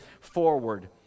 forward